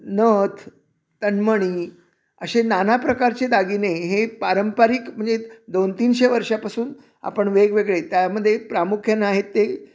नथ तन्मणी असे नाना प्रकारचे दागिने हे पारंपरिक म्हणजे दोन तीनशे वर्षापासून आपण वेगवेगळे त्यामध्ये प्रामुख्यानं आहेत ते